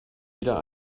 wieder